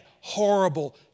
horrible